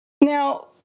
Now